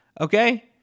okay